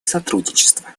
сотрудничество